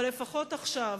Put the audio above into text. אבל לפחות עכשיו,